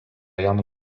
jam